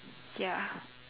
ya